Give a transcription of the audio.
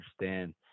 understand